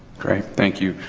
great. thank you.